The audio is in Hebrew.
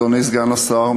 אדוני סגן השר,